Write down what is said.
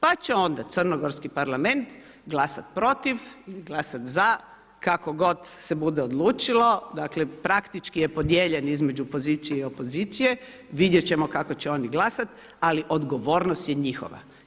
Pa će onda crnogorski parlament glasati protiv ili glasati za, kako god se bude odlučilo, dakle praktički je podijeljen između pozicije i opozicije, vidjeti ćemo kako će oni glasati ali odgovornost je njihova.